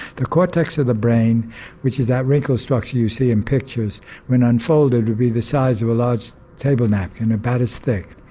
the cortex of the brain which is that wrinkle structure you see in pictures when unfolded would be the size of a large table napkin and about as thick.